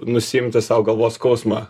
nusiimti sau galvos skausmą